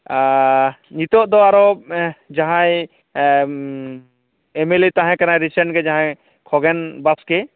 ᱟᱨ ᱱᱤᱛᱚᱜ ᱫᱚ ᱟᱨᱚ ᱡᱟᱦᱟᱭ ᱮᱢᱮᱞᱮᱭ ᱛᱟᱦᱮᱸ ᱠᱟᱱᱟᱭ ᱨᱤᱥᱮᱱᱴ ᱜᱮ ᱡᱟᱦᱟᱭ ᱠᱷᱚᱜᱮᱱ ᱵᱟᱥᱠᱮ